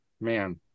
man